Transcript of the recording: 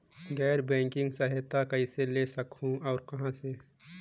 गैर बैंकिंग सहायता कइसे ले सकहुं और कहाँ से?